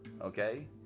okay